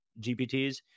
GPTs